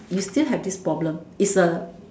you still have this problem is a